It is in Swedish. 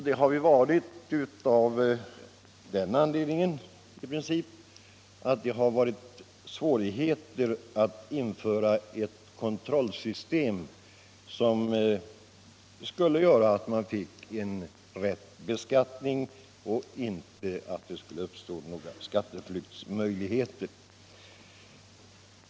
Det har vi varit i princip av den anledningen, att det har funnits svårigheter att införa ett kontrollsystem som skulle leda till en rättvis beskattning och medföra att det inte kunde uppstå några skatteflyktsmöjligheter.